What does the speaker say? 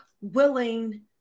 willing